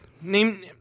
Name